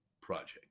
project